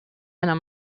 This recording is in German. einer